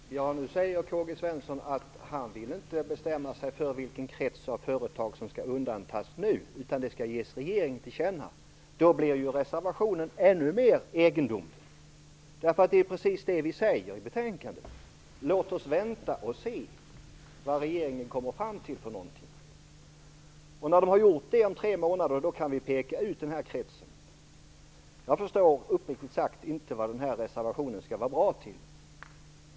Herr talman! Nu säger K-G Svenson att han inte vill bestämma sig för vilken krets av företag som skall undantas nu, utan det skall ges regeringen till känna. Då blir reservationen ännu mer egendomlig. Det är ju precis det vi säger i betänkandet: låt oss vänta och se vad regeringen kommer fram till. Efter detta, om tre månader, kan vi peka ut kretsen. Jag förstår uppriktigt sagt inte vad denna reservation skall vara bra för.